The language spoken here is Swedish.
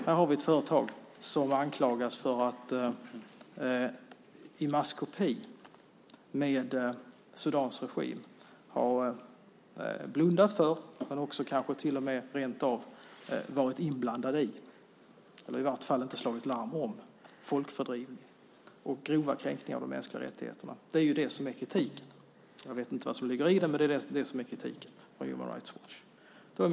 Här har vi ett företag som anklagas för att i maskopi med Sudans regim ha blundat för men kanske också rent av varit inblandade i, eller i vart fall inte slagit larm om, folkfördrivningen och grova kränkningar av de mänskliga rättigheterna. Det är det som är kritiken. Jag vet inte vad som ligger i den, men det är det som är kritiken från Human Rights Watch.